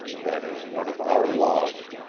that is one of our laws.